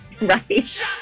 Right